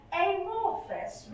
amorphous